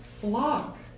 flock